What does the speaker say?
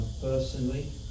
personally